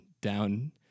down